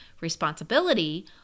responsibility